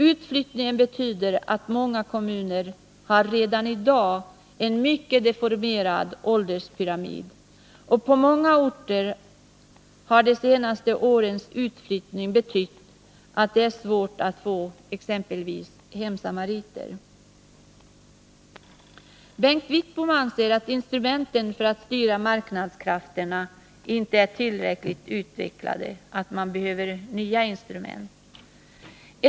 Utflyttningen betyder att många kommuner redan i dag har en mycket deformerad ålderspyramid, och på många orter har de senaste årens utflyttning betytt att det är svårt att få exempelvis hemsamariter. Bengt Wittbom anser att instrumenten för att styra marknadskrafterna inte är tillräckligt utvecklade och att man behöver nya instrument.